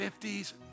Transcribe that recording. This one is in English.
50s